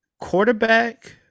quarterback